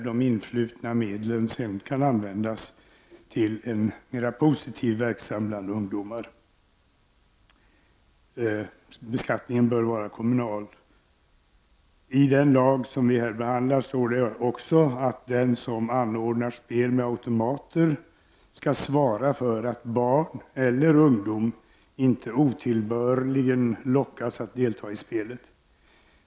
De influtna medlen kan sedan användas till en mer positiv verksamhet bland ungdomar. Beskattningen bör vara kommunal. I det lagförslag vi här behandlar står det också att den som anordnar spel med automater skall svara för att ”barn eller ungdom inte otillbörligen lockas att delta i spelet”.